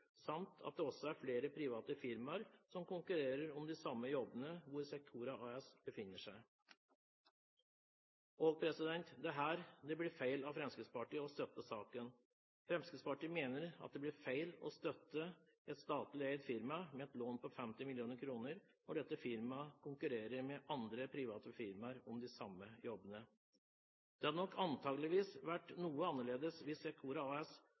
samt at det også er flere private firmaer som konkurrerer om de samme jobbene hvor Secora AS befinner seg. Det er her det blir feil av Fremskrittspartiet å støtte saken. Fremskrittspartiet mener det blir feil å støtte et statlig eid firma med et lån på 50 mill. kr når dette firmaet konkurrerer med andre private firmaer om de samme jobbene. Det hadde nok antageligvis vært noe annerledes hvis Secora AS